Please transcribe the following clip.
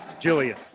Julian